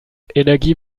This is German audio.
energie